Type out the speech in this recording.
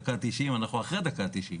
אנחנו כבר אחרי הדקה ה-90.